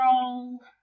roll